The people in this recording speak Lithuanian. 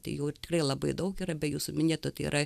tai jų tikrai labai daug yra be jūsų minėto tai yra